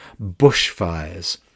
bushfires